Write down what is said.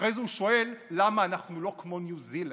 אחרי זה הוא שואל למה אנחנו לא כמו ניו זילנד.